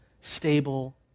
stable